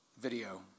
video